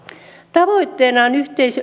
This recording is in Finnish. tavoitteena on